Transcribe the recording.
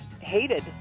hated